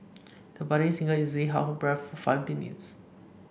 the budding singer easily held her breath for five minutes